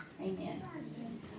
Amen